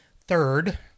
Third